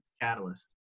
catalyst